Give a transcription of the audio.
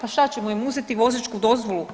A šta ćemo im uzeti vozačku dozvolu?